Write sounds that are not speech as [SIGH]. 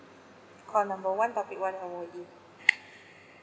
call number one topic one M_O_E [NOISE]